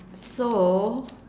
so